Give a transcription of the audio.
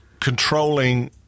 controlling